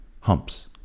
Humps